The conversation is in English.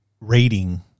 rating